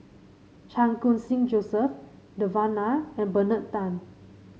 Chan Khun Sing Joseph Devan Nair and Bernard Tan